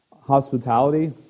Hospitality